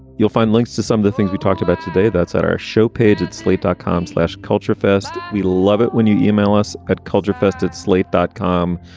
you'll find links to some of the things you talked about today. that's at our show page at slate dot com. less culture first. we love it when you you e-mail us at culture, first at slate dot com.